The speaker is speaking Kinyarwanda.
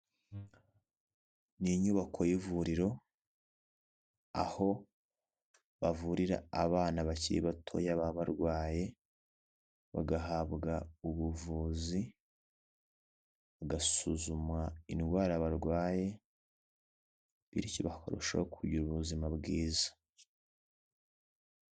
Ni inyubako y'ivuriro aho bavurira abana bakiri batoya baba barwaye, bagahabwa ubuvuzi bagasuzuma indwara barwaye, bityo bakarushaho kugira ubuzima bwiza.